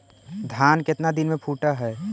धान केतना दिन में फुट है?